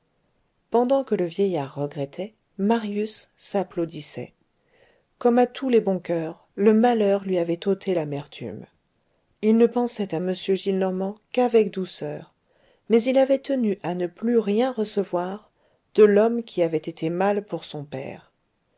pendant que le vieillard regrettait marius s'applaudissait comme à tous les bons coeurs le malheur lui avait ôté l'amertume il ne pensait à m gillenormand qu'avec douceur mais il avait tenu à ne plus rien recevoir de l'homme qui avait été mal pour son père